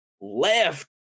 left